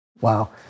Wow